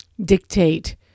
dictate